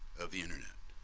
of the internet.